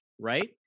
Right